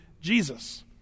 Jesus